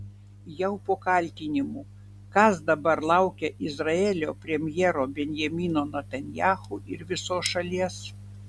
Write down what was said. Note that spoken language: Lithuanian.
jau po kaltinimų kas dabar laukia izraelio premjero benjamino netanyahu ir visos šalies